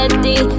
Ready